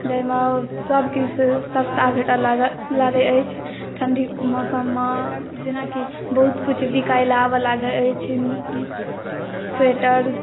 जाहिमे सबकिछु सस्ता भेटए लागै अछि ठण्डी के मौसम मे जेनाकी बहुत किछु बिकाय लए आबऽ लगै अछि स्वेटर